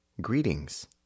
Greetings